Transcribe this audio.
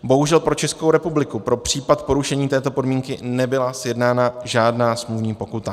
Bohužel pro Českou republiku pro případ porušení této podmínky nebyla sjednána žádná smluvní pokuta.